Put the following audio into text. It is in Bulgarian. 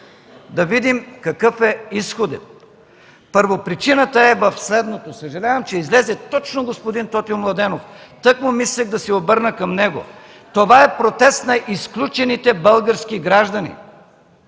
да видим какъв е изходът. Първопричината е в следното. Съжалявам, че излезе точно господин Тотю Младенов – тъкмо мислех да се обърна към него, това е протест на изключените български граждани.